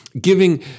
giving